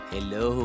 Hello